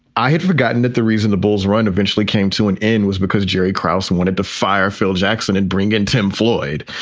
i had forgotten that the reason the bulls run eventually came to an end was because jerry crouse and wanted to fire phil jackson and bring in tim floyd,